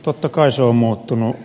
totta kai se on muuttunut